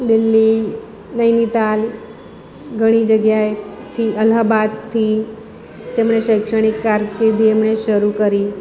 દિલ્હી નૈનિતાલ ઘણી જગ્યાએથી અલ્હાબાદથી તેમણે શૈક્ષણિક કારકિર્દી એમણે શરૂ કરી